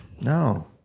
No